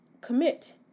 commit